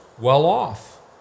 well-off